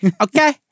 Okay